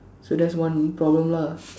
so that's one problem lah